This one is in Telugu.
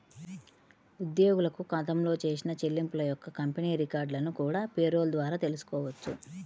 ఉద్యోగులకు గతంలో చేసిన చెల్లింపుల యొక్క కంపెనీ రికార్డులను కూడా పేరోల్ ద్వారా తెల్సుకోవచ్చు